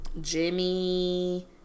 Jimmy